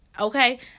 Okay